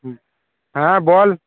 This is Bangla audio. হুম হ্যাঁ বল